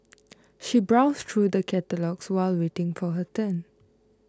she browsed through the catalogues while waiting for her turn